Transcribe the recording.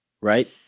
right